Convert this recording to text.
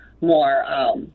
more